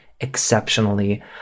Exceptionally